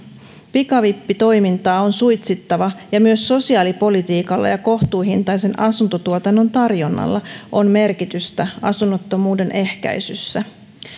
pikavippitoimintaa on suitsittava ja myös sosiaalipolitiikalla ja kohtuuhintaisen asuntotuotannon tarjonnalla on merkitystä asunnottomuuden ehkäisyssä